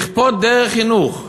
לכפות דרך חינוך,